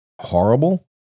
horrible